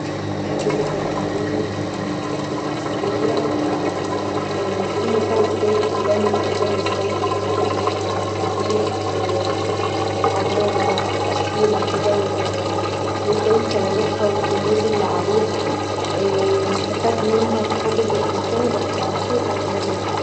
بحب جدا ازور المتاحف الاثريه و اتأمل فيها ازاي اتبنت كدا و ازاي حاجات ليها تاريخ وحضاره اصليه كدا و ازاي تواريخها و الرموز اللي عليها و استفاد منها بقدر الإمكان و ابقي مبسوطه وانا بزورها.